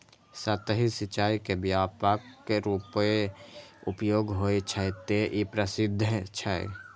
सतही सिंचाइ के व्यापक रूपें उपयोग होइ छै, तें ई प्रसिद्ध छै